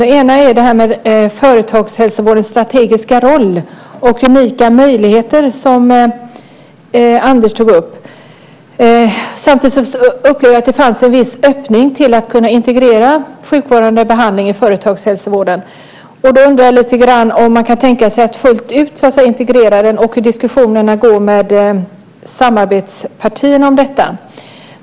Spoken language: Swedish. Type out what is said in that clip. Den ena handlar om företagshälsovårdens strategiska roll och unika möjligheter, som Anders tog upp. Samtidigt upplevde jag att det fanns en viss öppning för att kunna integrera sjukvårdande behandling i företagshälsovården. Då undrar jag lite grann om man kan tänka sig att fullt ut integrera den och hur diskussionerna går med samarbetspartierna om detta.